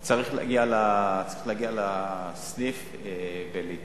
צריך להגיע לסניף ולהתנתק.